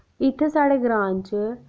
इत्थै साढ़े ग्रांऽ च